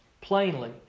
plainly